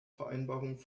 vereinbarung